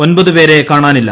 ഒൻപത് പേരെ കാണാനില്ല